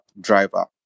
driver